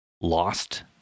lost